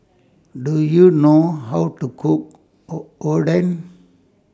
Do YOU know How to Cook Oden